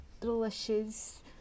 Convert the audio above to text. delicious